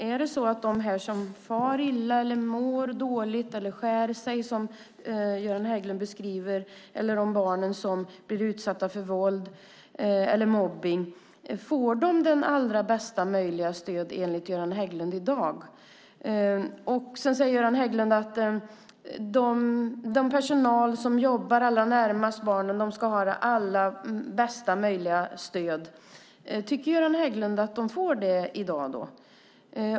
Är det så att de barn som far illa, mår dåligt eller skär sig, som Göran Hägglund beskriver, och de barn som blir utsatta för våld eller mobbning får det allra bästa stödet i dag enligt Göran Hägglund? Sedan säger Göran Hägglund att den personal som jobbar allra närmast barnen ska ha bästa möjliga stöd. Tycker Göran Hägglund att de får det i dag?